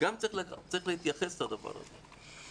גם צריך להתייחס לדבר הזה.